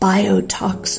Biotox